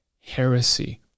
heresy